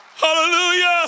Hallelujah